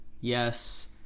Yes